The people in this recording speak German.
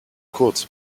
kurz